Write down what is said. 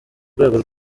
rwego